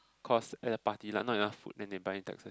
course party lah not enough food then they buy in Texas